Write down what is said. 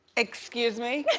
excuse me?